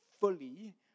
fully